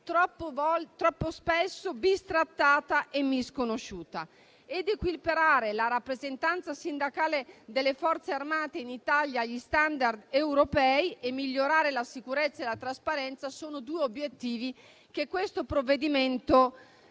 troppo spesso bistrattata e misconosciuta. Equiparare la rappresentanza sindacale delle Forze armate in Italia agli *standard* europei e migliorare la sicurezza e la trasparenza sono due obiettivi che questo provvedimento